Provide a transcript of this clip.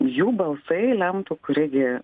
jų balsai lemtų kuri gi